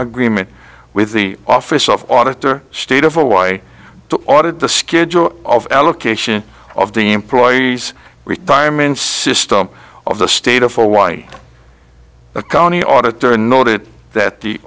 agreement with the office of auditor state of hawaii to audit the schedule of allocation of the employee's retirement system of the state of hawaii the county auditor noted that the